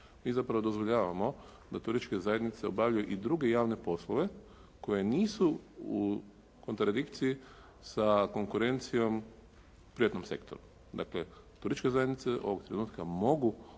Mi zapravo dozvoljavamo da turističke zajednice obavljaju i druge javne poslove koji nisu u kontradikciji sa konkurencijom u privatnom sektoru. Dakle, turističke zajednice ovog trenutka mogu